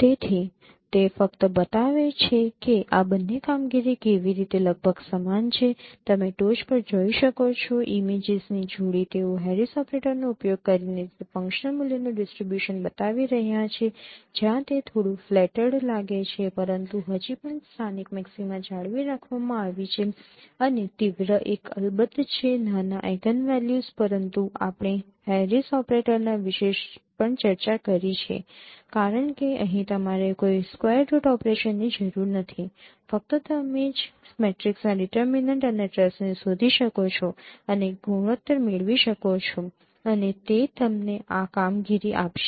તેથી તે ફક્ત બતાવે છે કે આ બંને કામગીરી કેવી રીતે લગભગ સમાન છે તમે ટોચ પર જોઈ શકો છો ઇમેજીસની જોડી તેઓ હેરિસ ઓપરેટરનો ઉપયોગ કરીને તે ફંક્શનલ મૂલ્યોનું ડિસ્ટ્રિબ્યુશન બતાવી રહ્યાં છે જ્યાં તે થોડું ફ્લૅટર્ડ લાગે છે પરંતુ હજી પણ સ્થાનિક મેક્સિમા જાળવી રાખવામાં આવી છે અને તીવ્ર એક અલબત્ત છે નાના આઈગનવેલ્યુસ પરંતુ આપણે હેરિસ ઓપરેટરના વિશે પણ ચર્ચા કરી છે કારણ કે અહીં તમારે કોઈ સ્કવેર રુટ ઓપરેશનની જરૂર નથી ફક્ત તમે જ મેટ્રિક્સના ડિટરમીનેન્ટ અને ટ્રેસને શોધી શકો છો અને ગુણોત્તર મેળવી શકો છો અને તે તમને આ કામગીરી આપશે